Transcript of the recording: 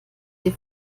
sie